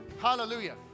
Hallelujah